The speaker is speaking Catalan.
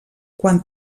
quan